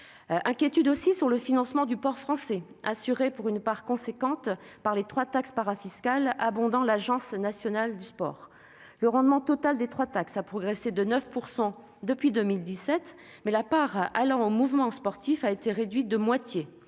inquiétons aussi du financement du sport français, assuré pour une part importante par trois taxes parafiscales abondant l'Agence nationale du sport. Le rendement total de ces trois taxes a progressé de 9 % depuis 2017, mais la part allant au mouvement sportif a été réduite de moitié.